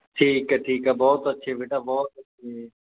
ਠੀਕ ਹੈ ਠੀਕ ਆ ਬਹੁਤ ਅੱਛੇ ਬੇਟਾ ਬਹੁਤ ਅੱਛੇ